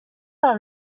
par